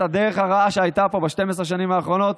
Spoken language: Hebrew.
הדרך הרעה שהייתה פה ב-12 השנים האחרונות,